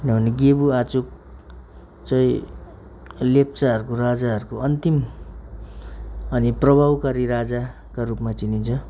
किनभने गेबु आचुक चाहिँ लेप्चाहरूको राजाहरूको अन्तिम अनि प्रभावकारी राजाका रूपमा चिनिन्छ